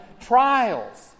trials